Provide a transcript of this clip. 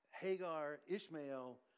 Hagar-Ishmael